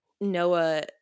Noah